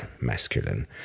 masculine